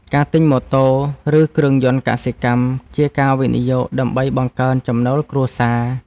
ការទិញម៉ូតូ ឬគ្រឿងយន្តកសិកម្ម ជាការវិនិយោគដើម្បីបង្កើនចំណូលគ្រួសារ។